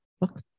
Look